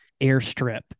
airstrip